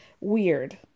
weird